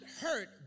hurt